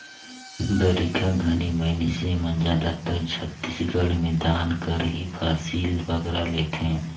बरिखा घनी मइनसे मन जादातर छत्तीसगढ़ में धान कर ही फसिल बगरा लेथें